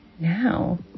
now